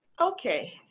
Okay